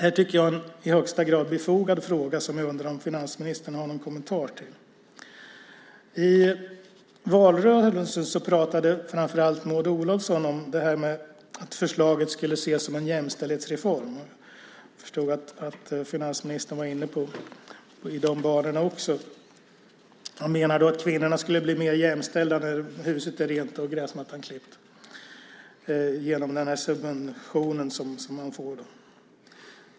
Jag tycker att det är en i högsta grad befogad fråga, som jag undrar om finansministern har någon kommentar till. I valrörelsen pratade framför allt Maud Olofsson om att förslaget skulle ses som en jämställdhetsreform. Jag förstod att finansministern var inne på de banorna också. Man menar att kvinnorna skulle bli mer jämställda när huset är rent och gräsmattan klippt genom den subvention som man får.